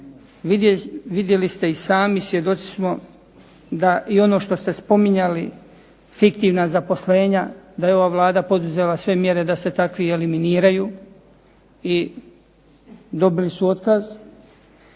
vidjeli ste i sami, svjedoci smo da i ono što ste spominjali fiktivna zaposlenja, da je ova Vlada poduzela sve mjere da se takvi eliminiraju i dobili su otkaz,